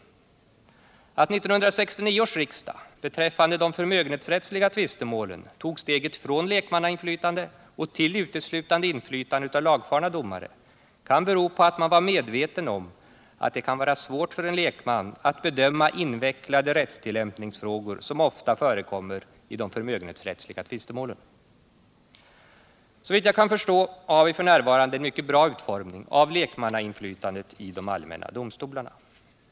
Att 1969 års riksdag beträffande de 20 april 1978 förmögenhetsrättsliga tvistemålen tog steget från lekmannainflytande och till uteslutande inflytande av lagfarna domare kan bero på att man var medveten om att det kan vara svårt för en lekman att bedöma invecklade rättstillämpningsfrågor som ofta förekommer i de förmögenhetsrättsliga tvistemålen. Såvitt jag kan förstå har vi f. n. en mycket bra utformning av lekmannainflytandet i de allmänna domstolarna.